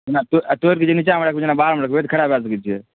ओना तोड़ि तोड़ि कऽ जे नीचाँमे रखबै जेना बाहरमे रखबै तऽ खराब भए सकै छै